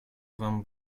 вам